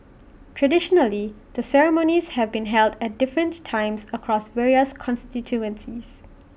traditionally the ceremonies have been held at different times across various constituencies